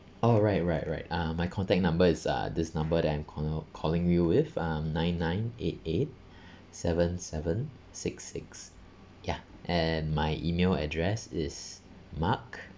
oh right right right uh my contact number is uh this number that I'm call~ calling you with um nine nine eight eight seven seven six six ya and my email address is mark